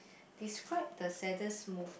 describe the saddest move~